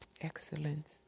excellence